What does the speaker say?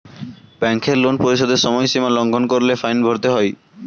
ব্যাংকের লোন পরিশোধের সময়সীমা লঙ্ঘন করলে ফাইন ভরতে হয়